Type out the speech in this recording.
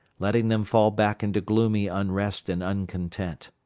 letting them fall back into gloomy unrest and uncontent.